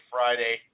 Friday